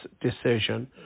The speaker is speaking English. decision